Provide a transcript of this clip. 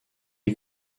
est